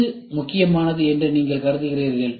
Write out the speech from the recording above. இது எவ்வளவு சவாலானது என்பதை நீங்கள் காண்பீர்கள்